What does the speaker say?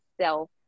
self